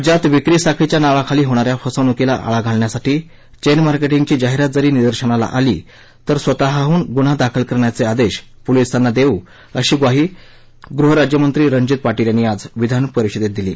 राज्यात विक्री साखळीच्या नावाखाली होणाऱ्या फसवणुकीला आळा घालण्यासाठी चेन मार्केटिंगची जाहिरात जरी निदर्शनाला आली तर स्वतःहन गुन्हा दाखल करण्याचे आदेश पोलिसांना देऊ अशी ग्वाही गृहराज्यमंत्री रणजित पाटील यांनी आज विधानपरिषदेत दिली